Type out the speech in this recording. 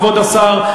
כבוד השר,